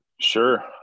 Sure